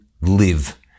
live